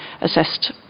assessed